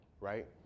right